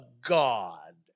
God